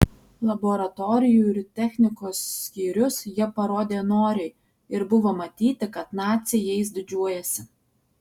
laboratorijų ir technikos skyrius jie parodė noriai ir buvo matyti kad naciai jais didžiuojasi